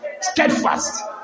Steadfast